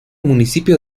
municipio